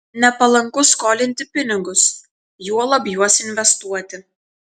nepalanku skolinti pinigus juolab juos investuoti